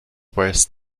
worse